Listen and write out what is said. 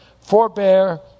forbear